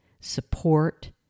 support